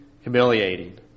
humiliating